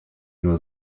nur